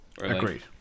Agreed